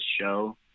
show